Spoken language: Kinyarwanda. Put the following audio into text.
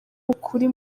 ukuri